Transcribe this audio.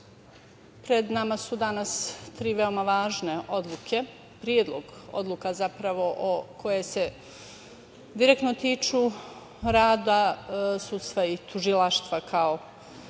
pred nama su danas tri veoma važne odluke, predlog odluka zapravo koje se direktno tiču rada sudstva i tužilaštva kao veoma